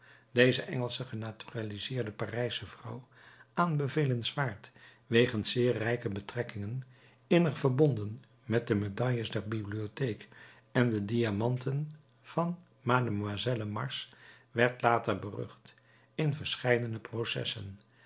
deze engelsche genaturaliseerde parijsche vrouw aanbevelenswaard wegens zeer rijke betrekkingen innig verbonden met de medailles der bibliotheek en de diamanten van mlle mars werd later berucht in verscheidene processen